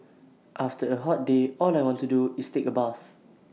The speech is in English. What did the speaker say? after A hot day all I want to do is take A bath